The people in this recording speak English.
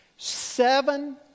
Seven